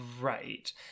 Right